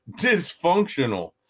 dysfunctional